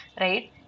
right